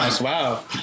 Wow